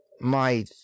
My